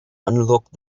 unlocked